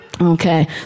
Okay